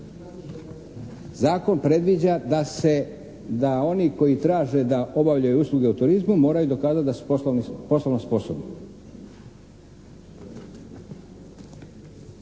Zakon predviđa da se, da oni koji traže da obavljaju usluge u turizmu moraju dokazati da su poslovno sposobni.